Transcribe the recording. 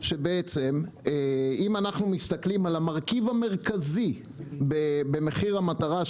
אם מסתכלים על המרכיב המרכזי במחיר המטרה,